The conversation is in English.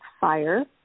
fire